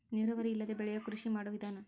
ನೇರಾವರಿ ಇಲ್ಲದೆ ಬೆಳಿಯು ಕೃಷಿ ಮಾಡು ವಿಧಾನಾ